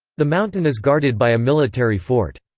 the mountain is guarded by a military fort.